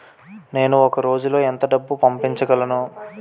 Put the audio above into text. నేను ఒక రోజులో ఎంత డబ్బు పంపించగలను?